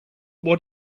what